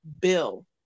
bill